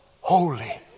holy